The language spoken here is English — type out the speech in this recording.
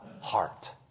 heart